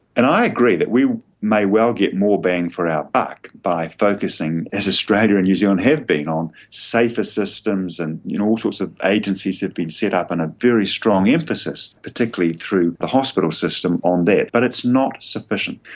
and i agree that we may well get more bang for our buck by focussing as australia and new zealand have been on safer systems and you know all sorts of agencies have been set up and a very strong emphasis particularly through the hospital system on that but it's not sufficient.